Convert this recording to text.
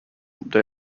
they